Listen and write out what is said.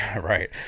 Right